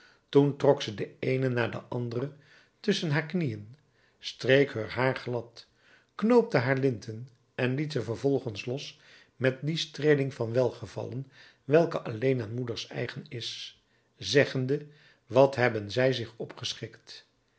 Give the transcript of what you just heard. toen trok ze de eene na de andere tusschen haar knieën streek heur haar glad knoopte haar linten en liet ze vervolgens los met die streeling van welgevallen welke alleen aan moeders eigen is zeggende wat hebben zij zich opgeschikt